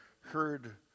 heard